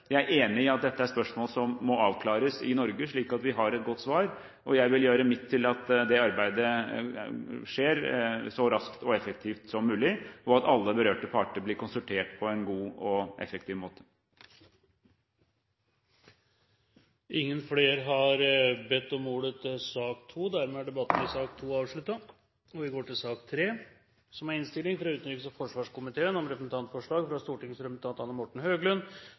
Jeg er glad for at vi nå får satt i gang et viktig arbeid. Jeg er enig i at dette er spørsmål som må avklares i Norge, slik at vi har et godt svar, og jeg vil gjøre mitt til at det arbeidet skjer så raskt og effektivt som mulig, og at alle berørte parter blir konsultert på en god og effektiv måte. Flere har ikke bedt om ordet til sak nr. 2. Etter ønske fra utenriks- og forsvarskomiteen